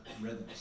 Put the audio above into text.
rhythms